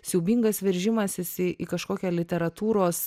siaubingas veržimasis į į kažkokią literatūros